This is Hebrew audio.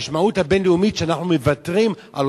המשמעות הבין-לאומית היא שאנחנו מוותרים על